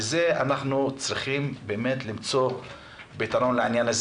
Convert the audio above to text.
אנחנו צריכים למצוא פתרון לעניין הזה.